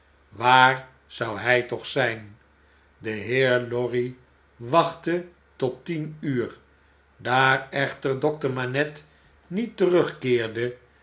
waar zou hjj toch zijn de heer lorry wachtte tot tien uur daar echter dokter manette niet terugkeerde